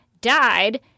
died